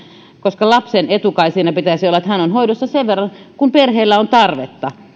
koska lapsen edun kai pitäisi olla se että hän on hoidossa sen verran kuin perheellä on tarvetta